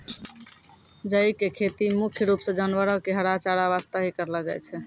जई के खेती मुख्य रूप सॅ जानवरो के हरा चारा वास्तॅ हीं करलो जाय छै